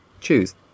Choose